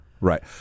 right